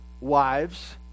Wives